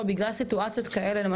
בגלל סיטואציות כאלה ואחרות.